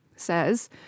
says